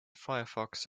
firefox